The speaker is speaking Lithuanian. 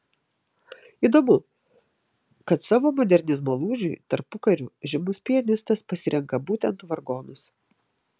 įdomu kad savo modernizmo lūžiui tarpukariu žymus pianistas pasirenka būtent vargonus